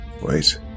Wait